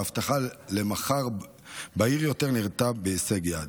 וההבטחה למחר בהיר יותר נראתה בהישג יד.